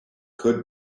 could